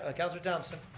ah councilor thomson.